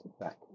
back